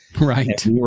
Right